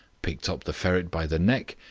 picked up the ferret by the neck,